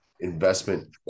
investment